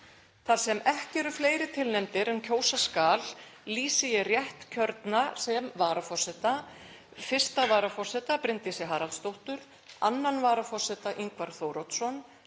Þar sem ekki eru fleiri tilnefndir en kjósa skal lýsi ég réttkjörna sem varaforseta 1. varaforseta Bryndísi Haraldsdóttur, 2. varaforseta Ingvar Þóroddsson,